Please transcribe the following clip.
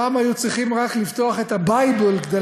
פעם היו צריכים רק לפתוח את ה-Bible כדי